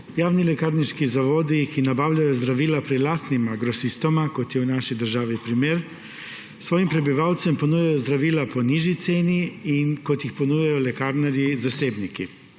Javni lekarniški zavodi, ki nabavljajo zdravila pri lastnima grosistoma, kot je v naši državi primer, svojim prebivalcem ponujajo zdravila po nižji ceni, kot jih ponujajo lekarnarji zasebniki.